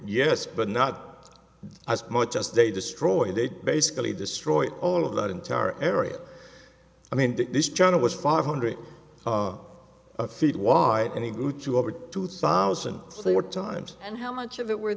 yes but not as much as they destroyed it basically destroyed all of that entire area i mean this china was five hundred feet wide and it grew to over two thousand times and how much of it were